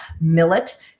millet